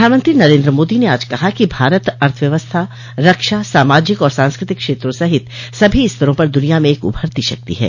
प्रधानमंत्री नरेन्द्र मोदी ने आज कहा कि भारत अर्थव्यवस्था रक्षा सामाजिक और सांस्कृतिक क्षेत्रों सहित सभी स्तरों पर दुनिया में एक उभरती शक्ति है